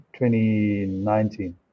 2019